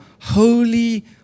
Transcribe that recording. holy